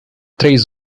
três